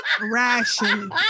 Ration